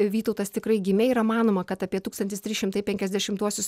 vytautas tikrai gimė yra manoma kad apie tūkstantis trys šimtai penkiasdešimtuosius